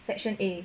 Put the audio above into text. section A